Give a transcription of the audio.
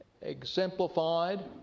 exemplified